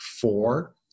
four